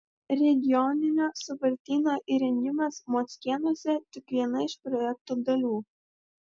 regioninio sąvartyno įrengimas mockėnuose tik viena iš projekto dalių